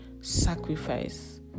sacrifice